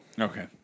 Okay